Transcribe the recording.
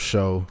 Show